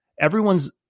everyone's